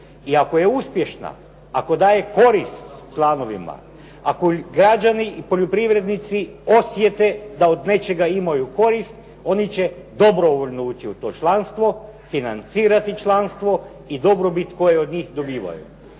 I ako je uspješna, ako daje korist članovima, ako građani i poljoprivrednici osjete da od nečega imaju korist oni će dobrovoljno ući u to članstvo, financirati članstvo i dobrobit koju od njih dobivaju.